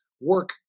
work